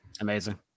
Amazing